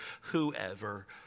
whoever